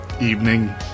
evening